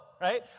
Right